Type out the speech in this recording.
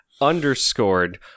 underscored